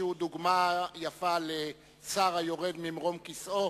שהוא דוגמה יפה לשר היורד ממרום כיסאו